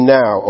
now